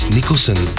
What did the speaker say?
Nicholson